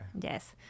yes